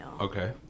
Okay